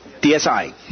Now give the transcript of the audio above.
DSI